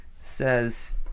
Says